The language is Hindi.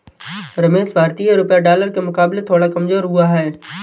रमेश भारतीय रुपया डॉलर के मुकाबले थोड़ा कमजोर हुआ है